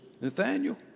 Nathaniel